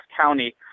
County